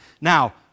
Now